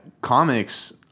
comics